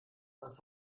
was